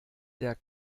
der